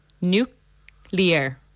nuclear